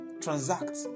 Transact